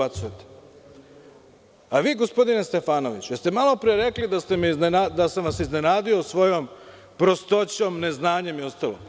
A vi gospodine Stefanoviću, jel ste malopre rekli da sam vas iznenadio svojom prostoćom, neznanjem i ostalo?